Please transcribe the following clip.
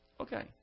Okay